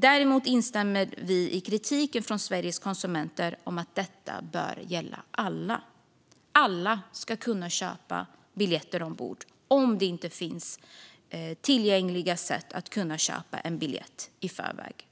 Däremot instämmer vi i kritiken från Sveriges Konsumenter om att detta bör gälla alla. Alla ska kunna köpa biljett ombord om det inte finns tillgängliga sätt att köpa en biljett i förväg.